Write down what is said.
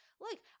look